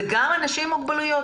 זה גם אנשים עם מוגבלויות.